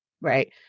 right